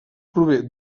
prové